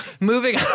Moving